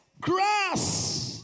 grass